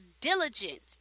diligent